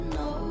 no